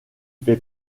fait